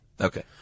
Okay